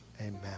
Amen